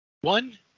one